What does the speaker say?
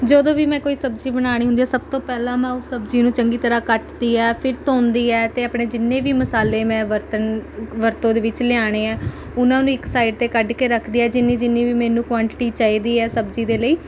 ਜਦੋਂ ਵੀ ਮੈਂ ਕੋਈ ਸਬਜ਼ੀ ਬਣਾਉਣੀ ਹੁੰਦੀ ਹੈ ਸਭ ਤੋਂ ਪਹਿਲਾਂ ਮੈਂ ਉਸ ਸਬਜ਼ੀ ਨੂੰ ਚੰਗੀ ਤਰ੍ਹਾਂ ਕੱਟਦੀ ਹੈ ਫਿਰ ਧੋਂਦੀ ਹੈ ਅਤੇ ਆਪਣੇ ਜਿੰਨੇ ਵੀ ਮਸਾਲੇ ਮੈਂ ਵਰਤਣ ਕ ਵਰਤੋਂ ਦੇ ਵਿੱਚ ਲਿਆਉਣੇ ਹੈ ਉਹਨਾਂ ਨੂੰ ਇੱਕ ਸਾਇਡ 'ਤੇ ਕੱਢ ਕੇ ਰੱਖਦੀ ਹੈ ਜਿੰਨੀ ਜਿੰਨੀ ਵੀ ਮੈਨੂੰ ਕੁਆਂਟਿਟੀ ਚਾਹੀਦੀ ਹੈ ਸਬਜ਼ੀ ਦੇ ਲਈ